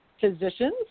Physicians